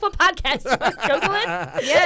Podcast